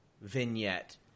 vignette